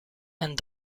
and